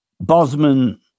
Bosman